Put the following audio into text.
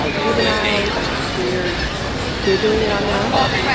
ah juveniles ah where they're doing it on their own.